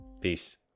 Peace